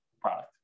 product